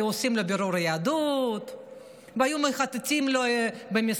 היו עושים לו בירור יהדות והיו מחטטים לו במסמכים,